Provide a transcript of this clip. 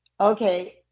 okay